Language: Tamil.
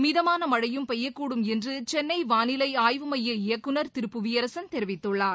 மழையும் பெய்யக் கூடும் என்று சென்னை வானிலை ஆய்வு மைய இயக்குனர் திரு புவியரசன் தெரிவித்துள்ளார்